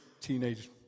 teenage